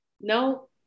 No